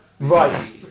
Right